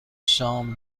شام